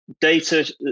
data